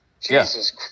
Jesus